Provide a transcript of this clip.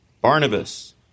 Barnabas